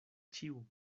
ĉiu